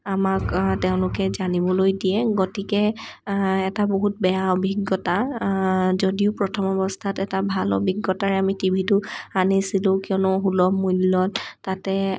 আমাক তেওঁলোকে জানিবলৈ দিয়ে গতিকে এটা বহুত বেয়া অভিজ্ঞতা যদিও প্ৰথম অৱস্থাত এটা ভাল অভিজ্ঞতাৰে আমি টিভিটো আনিছিলোঁ কিয়নো সুলভ মূল্য়ত তাতে